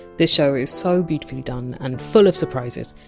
this show is so beautifully done and full of surprises,